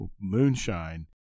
moonshine